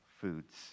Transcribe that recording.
foods